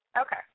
Okay